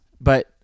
But-